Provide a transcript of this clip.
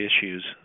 issues